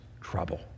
trouble